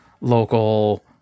local